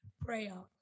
prayer